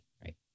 right